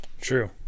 True